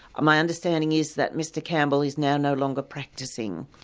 ah my understanding is that mr campbell is now no longer practicing.